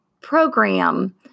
program